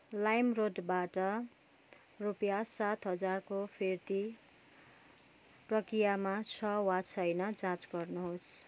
लाइमरोडबाट रुपियाँ सात हजारको फिर्ती प्रक्रियामा छ वा छैन जाँच गर्नुहोस्